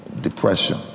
depression